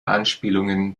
anspielungen